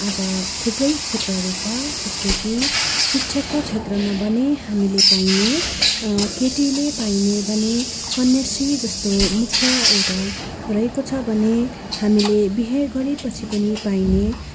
आज थुप्रै क्षेत्रहरू छ जस्तै कि शिक्षाको क्षेत्रमा भने हामीले पाइने केटीले पाइने भने कन्याश्री जस्तो मुख्य एउटा रहेको छ भने हामीले बिहे गरे पछि पनि पाइने